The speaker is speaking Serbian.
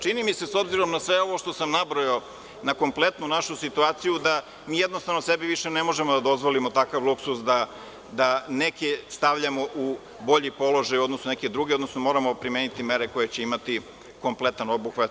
Čini mi se, s obzirom na sve ovo što sam nabrojao, na kompletnu našu situaciju, da jednostavno sebi više ne možemo da dozvolimo takav luksuz da neke stavljamo u bolji položaj u odnosu na neke druge, odnosno moramo primeniti mere koje će imati kompletan obuhvat.